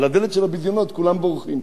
על הדלת של הביזיונות כולם בורחים.